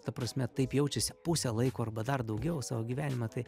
ta prasme taip jaučiasi pusę laiko arba dar daugiau savo gyvenimo tai